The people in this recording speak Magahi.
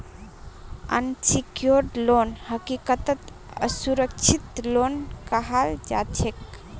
अनसिक्योर्ड लोन हकीकतत असुरक्षित लोन कहाल जाछेक